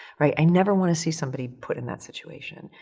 right? i never wanna see somebody put in that situation.